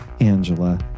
Angela